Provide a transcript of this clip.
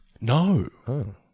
No